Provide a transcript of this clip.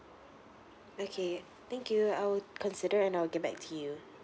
okay thank you I would consider and I'll get back to you